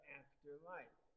afterlife